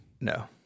No